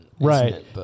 right